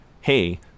hey